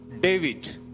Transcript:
David